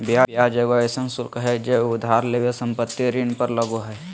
ब्याज एगो अइसन शुल्क हइ जे उधार लेवल संपत्ति ऋण पर लगो हइ